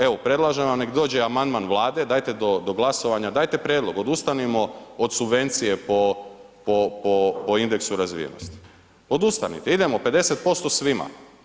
Evo predlažem vam neka dođe amandman Vlade, dajte do glasovanja, dajte prijedlog odustanimo od subvencije po indeksu razvijenosti, odustanite idemo 50% svima.